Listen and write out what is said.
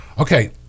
Okay